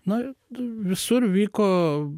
na visur vyko